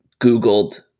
googled